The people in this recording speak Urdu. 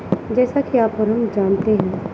جیسا کہ آپ اور ہم جانتے ہیں